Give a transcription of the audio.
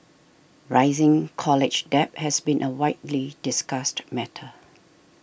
rising college debt has been a widely discussed matter